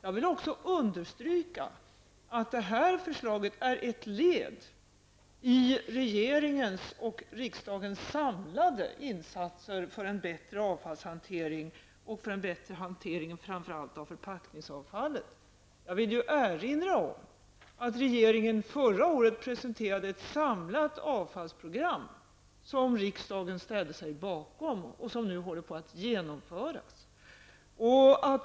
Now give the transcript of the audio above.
Jag vill också understryka att det här förslaget är ett led i regeringens och riksdagens samlade insatser för en bättre avfallshantering och för en bättre hantering av framför allt förpackningsavfallet. Jag kan erinra om att regeringen förra året presenterade ett samlat avfallsprogram som riksdagen ställde sig bakom och som nu håller på att genomföras.